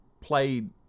played